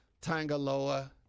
Tangaloa